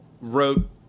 wrote